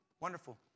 Wonderful